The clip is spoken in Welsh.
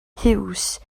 huws